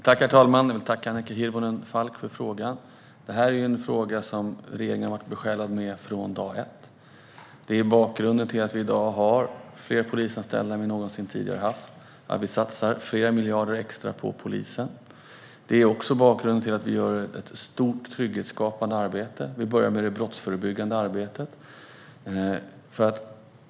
Herr talman! Jag tackar Annika Hirvonen Falk för frågan. Det är en fråga som har besjälat regeringen från dag ett. Det är bakgrunden till att vi i dag har fler polisanställda än vi någonsin tidigare har haft och till att vi satsar flera miljarder extra på polisen. Det är också bakgrunden till att vi gör ett stort trygghetsskapande arbete, där vi börjar med det brottsförebyggande arbetet.